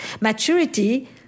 Maturity